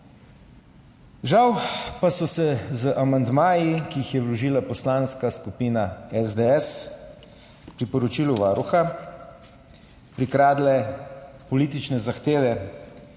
Žal pa so se z amandmaji, ki jih je vložila Poslanska skupina SDS k priporočilu Varuha, prikradle politične zahteve,